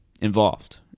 involved